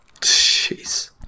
Jeez